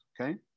okay